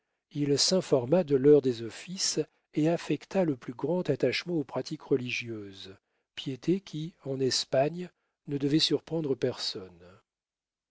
il s'informa de l'heure des offices et affecta le plus grand attachement aux pratiques religieuses piété qui en espagne ne devait surprendre personne